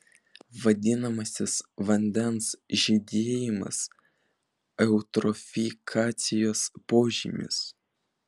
vadinamasis vandens žydėjimas eutrofikacijos požymis